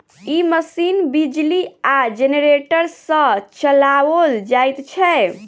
ई machine बिजली आ generator सॅ चलाओल जाइत छै